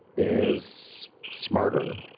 is smarter,